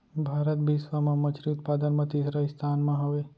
भारत बिश्व मा मच्छरी उत्पादन मा तीसरा स्थान मा हवे